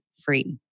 free